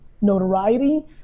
notoriety